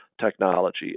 technology